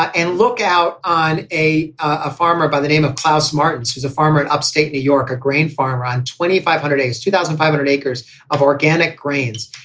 and look out on a a farmer by the name of class martin, who's a farmer in upstate new york, a grain farmer on twenty five hundred eighty two thousand five hundred acres of organic grains.